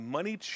Money